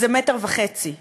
זה מטר וחצי רבועים.